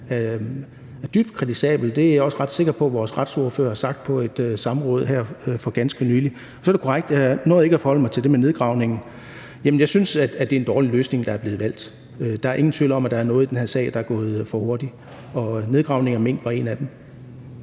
er dybt kritisabelt. Det er jeg også ret sikker på vores retsordfører har sagt på et samråd her for ganske nylig. Så er det korrekt, at jeg ikke nåede at forholde mig til det med nedgravningen. Jeg synes, det er en dårlig løsning, der er blevet valgt. Der er ingen tvivl om, at der er noget i den her sag, der er gået for hurtigt, og nedgravningen af mink var en af de